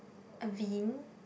Avene